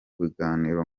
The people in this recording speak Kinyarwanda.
biganiro